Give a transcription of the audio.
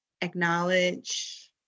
acknowledge